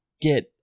get